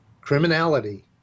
criminality